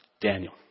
Daniel